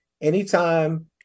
anytime